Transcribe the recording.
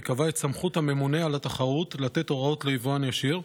וקבעה את סמכות הממונה על התחרות לתת הוראות ליבואן ישיר,